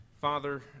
Father